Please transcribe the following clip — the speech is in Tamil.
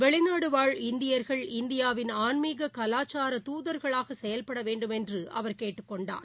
வெளிநாடுவாழ் இந்தியர்கள் இந்தியாவின் ஆன்மீககலாச்சார தூதர்களாகசெயல்படவேண்டுமென்றுஅவர் கேட்டுக்கொண்டார்